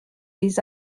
les